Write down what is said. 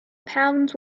pounds